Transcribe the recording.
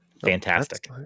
Fantastic